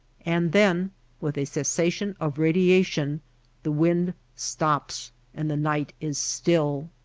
and then with a cessation of radiation the wind stops and the night is still.